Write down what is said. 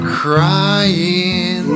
crying